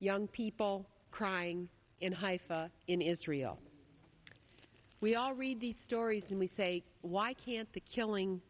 young people crying in haifa in israel we all read the stories and we say why can't the killing